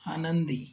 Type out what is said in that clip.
आनंदी